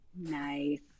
Nice